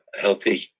healthy